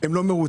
והם לא מרוצים.